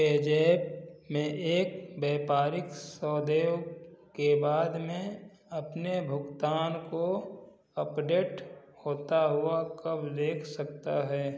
पेजैप में एक व्यापारिक सौदों के बाद में अपने भुगतान को अपडेट होता हुआ कब देख सकता है